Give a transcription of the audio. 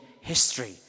history